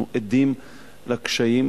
אנחנו עדים לקשיים.